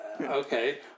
Okay